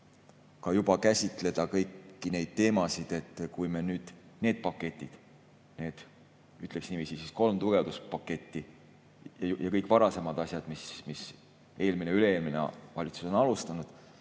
juba käsitleda kõiki neid teemasid, et kui me nüüd need paketid, need kolm tugevduspaketti ja kõik varasemad, mis eelmine ja üle-eelmine valitsus on alustanud,